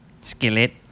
Skillet